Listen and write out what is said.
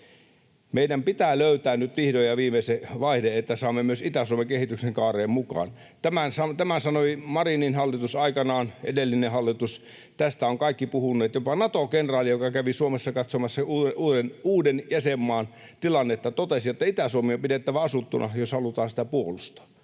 Meidän pitää löytää nyt vihdoin ja viimein se vaihde, että saamme myös Itä-Suomen kehityksen kaareen mukaan. Tämän sanoi Marinin hallitus aikanaan, edellinen hallitus, tästä ovat kaikki puhuneet. Jopa Nato-kenraali, joka kävi Suomessa katsomassa uuden jäsenmaan tilannetta, totesi, että Itä-Suomi on pidettävä asuttuna, jos halutaan sitä puolustaa.